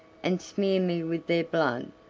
and smear me with their blood,